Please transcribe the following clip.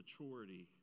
maturity